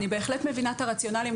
אני בהחלט מבינה את הרציונליים.